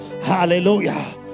Hallelujah